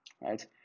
right